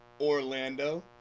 Orlando